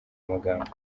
magambo